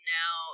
now